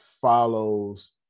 follows